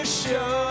show